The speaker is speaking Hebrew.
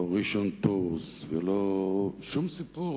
לא "ראשונטורס", ולא, שום סיפור.